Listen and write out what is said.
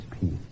peace